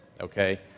okay